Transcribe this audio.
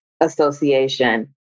association